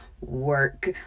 work